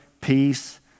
peace